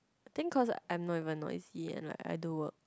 think cause I'm not even noisy and I like do work